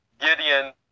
Gideon